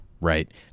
Right